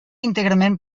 íntegrament